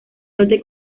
norte